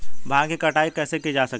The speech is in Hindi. भांग की कटाई कैसे की जा सकती है?